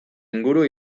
inguru